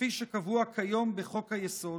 כפי שקבוע כיום בחוק-היסוד,